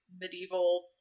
medieval